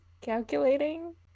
Calculating